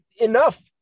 enough